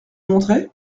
montrer